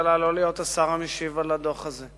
הממשלה לא להיות השר המשיב על הדוח הזה.